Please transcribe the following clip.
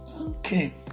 Okay